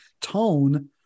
tone